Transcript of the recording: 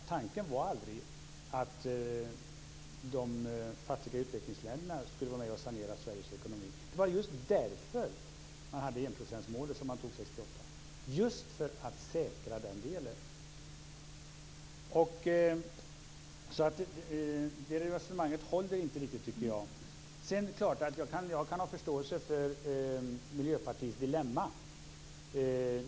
Tanken var aldrig att de fattiga utvecklingsländerna skulle vara med och sanera Sveriges ekonomi. Det var just för att säkra den delen som man antog enprocentsmålet 1968. Så det resonemanget håller inte riktigt, tycker jag. Jag kan ha förståelse för Miljöpartiets dilemma.